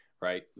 right